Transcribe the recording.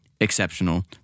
exceptional